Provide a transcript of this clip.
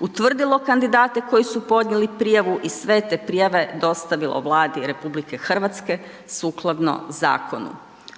utvrdilo kandidate koji su podnijeli prijavu i sve te prijave dostavilo Vladi RH sukladno zakonu.